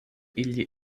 ili